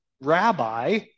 rabbi